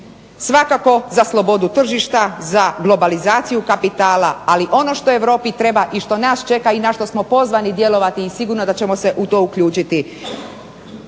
Svakako za slobodu tržišta, za globalizaciju kapitala ali on što Europi treba i što nas čeka i na što smo pozvani djelovati i sigurno da ćemo se u to uključiti